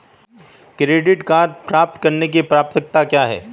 Credit card प्राप्त करने की पात्रता क्या है?